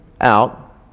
out